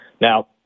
Now